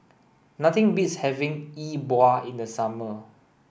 nothing beats having E Bua in the summer